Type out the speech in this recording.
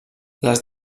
les